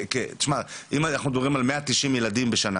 תשמע, אם אנחנו מדברים על 190 ילדים בשנה